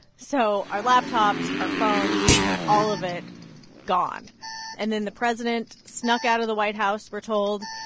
so our laptops, our phones all of it gone and then the president snuck out of the white house, we're told,